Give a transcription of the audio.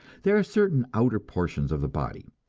there are certain outer portions of the body,